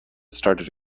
started